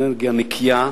אנרגיה נקייה,